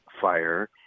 fire